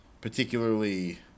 particularly